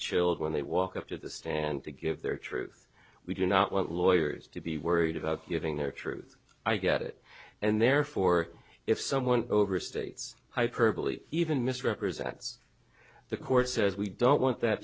chilled when they walk up to the stand to give their truth we do not want lawyers to be worried about giving their truth i get it and therefore if someone overstates hyperbole even misrepresents the court says we don't want that